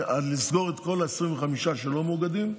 על לסגור את כל ה-25 שלא מאוגדים,